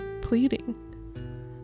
pleading